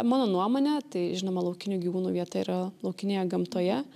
mano nuomone tai žinoma laukinių gyvūnų vieta yra laukinėje gamtoje